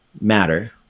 matter